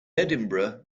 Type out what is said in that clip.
edinburgh